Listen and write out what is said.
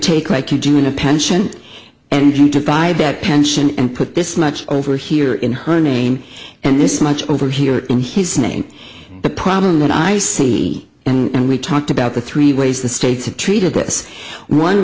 take like you do in a pension and you divide that pension and put this much over here in her name and this much over here in his name the problem that i see and we talked about the three ways the states have treated this one